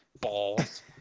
balls